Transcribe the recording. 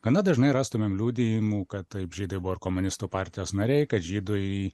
gana dažnai rastumėm liudijimų kad taip žydai buvo ir komunistų partijos nariai kad žydai